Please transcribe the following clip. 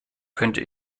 könnte